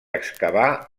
excavar